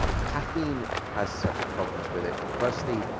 caffeine has several problems with it. firstly,